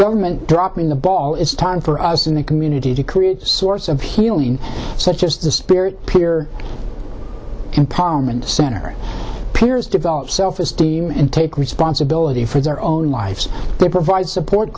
government dropping the ball it's time for us in the community to create source of healing such as the spirit peer compartment center players develop self esteem and take responsibility for their own lives they provide support